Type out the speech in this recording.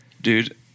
Dude